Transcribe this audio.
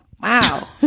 Wow